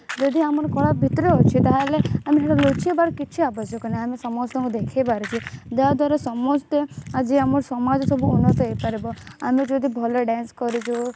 ଯଦି ଆମର କଳା ଭିତରେ ଅଛି ତା'ହେଲେ ଆମର ଲୁଚାଇବାର କିଛି ଆବଶ୍ୟକ ନାହିଁ ଆମେ ସମସ୍ତଙ୍କୁ ଦେଖାଇବାରେ ଯେ ଯାହା ଦ୍ୱାରା ସମସ୍ତେ ଆଜି ଆମ ସମାଜ ସବୁ ଉନ୍ନତ ହେଇପାରିବ ଆମେ ଯଦି ଭଲ ଡ୍ୟାନ୍ସ କରିଛୁ